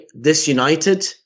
disunited